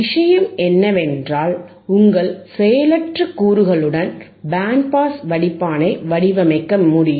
விஷயம் என்னவென்றால் உங்கள் செயலற்ற கூறுகளுடன் பேண்ட் பாஸ் வடிப்பானை வடிவமைக்க முடியும்